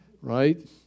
right